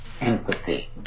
empathy